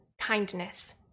kindness